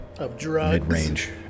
mid-range